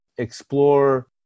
explore